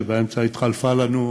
שבאמצע התחלפה לנו,